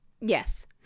Yes